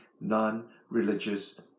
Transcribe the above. non-religious